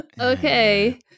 Okay